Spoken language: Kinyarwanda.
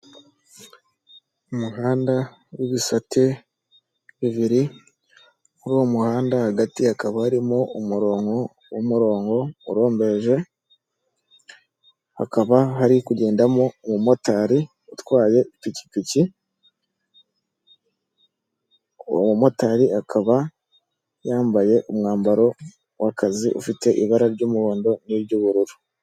Umuhanda w'ibisate bibiri muri uwo hagati hakaba harimo kumurongo w'umuronko urombereje hakaba hari kugendamo umumotari utwaye ipikipiki, uwo mumotari akaba yambaye umwambaro w'akazi ufite ibara ry'umuhondo n'iry'ubururu